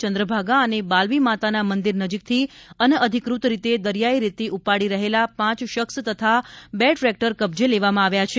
ચંદ્રભાગા અને બાલવી માતાના મંદિર નજીકથી અનઅધિકૃત રીતે દરિયાઇ રેતી ઉપાડી રહેલા પાંચ શખ્સ તથા બે ટ્રેક્ટર કબજે લેવામાં આવ્યા છે